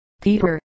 Peter